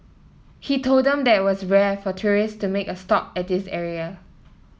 he told them that was rare for tourist to make a stop at this area